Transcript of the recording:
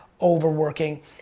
overworking